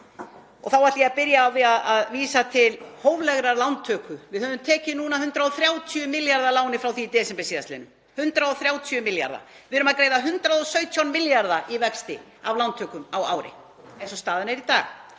Þá ætla ég að byrja á því að vísa til hóflegrar lántöku. Við höfum tekið núna 130 milljarða að láni frá því í desember síðastliðnum, 130 milljarða. Við erum að greiða 117 milljarða í vexti af lántökum á ári eins og staðan er í dag.